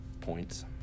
points